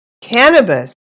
Cannabis